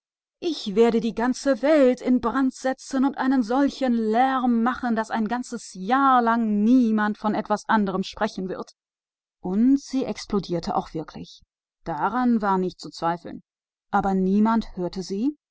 ich werde die ganze welt in brand setzen und dabei einen solchen lärm machen daß ein ganzes jahr lang kein mensch von was anderem wird sprechen können und sie explodierte wirklich krach krach pffft machte das schießpulver darüber gab's keinen zweifel aber niemand hörte sie